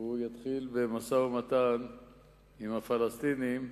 הוא יתחיל במשא-ומתן עם הפלסטינים,